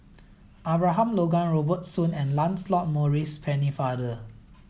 Abraham Logan Robert Soon and Lancelot Maurice Pennefather